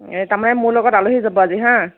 এ তাৰ মানে মোৰ লগত আলহী যাব হা